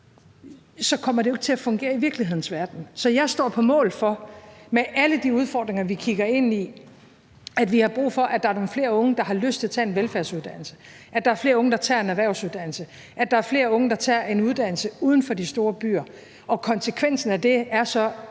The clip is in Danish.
så kommer det jo ikke til at fungere i virkelighedens verden. Så jeg står på mål for med alle de udfordringer, vi kigger ind i, altså at vi har brug for, at der er nogle flere unge, der har lyst til at tage en velfærdsuddannelse, at der er flere unge, der tager en erhvervsuddannelse, og at der er flere unge, der tager en uddannelse uden for de store byer, at konsekvensen af det så